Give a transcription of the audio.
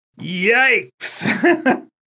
Yikes